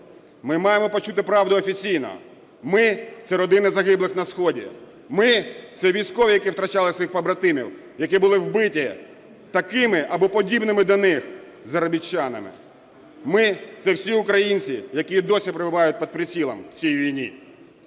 Ми маємо почути правду офіційно. Ми – це родини загиблих на сході. Ми – це військові, які втрачали своїх побратим ів, які були вбиті такими або подібними до них "заробітчанами". Ми – це всі українці, які і досі перебувають під прицілом в цій війні.